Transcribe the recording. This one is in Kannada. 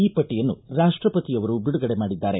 ಈ ಪಟ್ಟಿಯನ್ನು ರಾಷ್ಟಪತಿಯವರು ಬಿಡುಗಡೆ ಮಾಡಿದ್ದಾರೆ